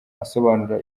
asobanura